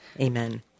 Amen